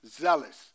zealous